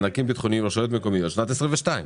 מענקים ביטחוניים לרשויות המקומיות לשנת 2022,